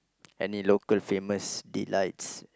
any local famous delights